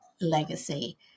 legacy